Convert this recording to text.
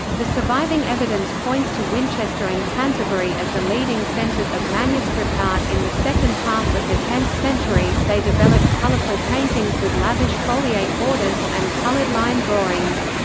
the surviving evidence points to winchester and canterbury as the leading centres of manuscript art in the second half of the tenth century they developed colourful paintings with lavish foliate borders, and coloured line drawings.